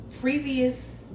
previous